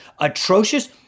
atrocious